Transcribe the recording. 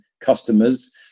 customers